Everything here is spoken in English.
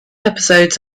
episodes